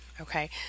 Okay